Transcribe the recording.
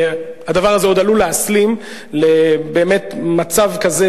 הדבר הזה עוד עלול להסלים באמת למצב כזה,